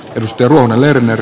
perusteluna lerner